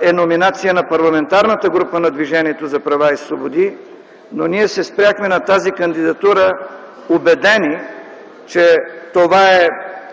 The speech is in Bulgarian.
е номинация на Парламентарната група на Движението за права и свободи, но ние се спряхме на тази кандидатура убедени, че това е